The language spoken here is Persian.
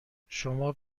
شرکت